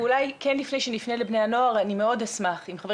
ואולי לפני שנפנה לבני הנוער אני מאוד אשמח אם חבר